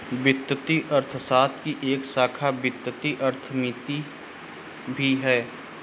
वित्तीय अर्थशास्त्र की एक शाखा वित्तीय अर्थमिति भी है